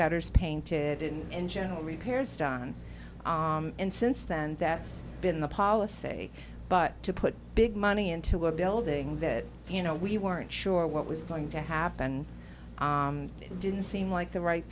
gutters painted in and general repairs done and since then that's been the policy but to put big money into a building that you know we weren't sure what was going to happen didn't seem like the right